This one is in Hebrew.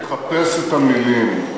חיליק, תחפש את המילים.